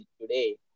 today